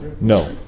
No